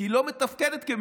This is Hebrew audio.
כי היא לא מתפקדת כממשלה,